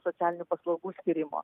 socialinių paslaugų skyrimo